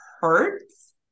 hurts